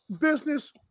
business